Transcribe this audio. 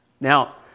Now